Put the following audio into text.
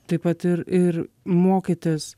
taip pat ir ir mokytis